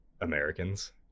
Americans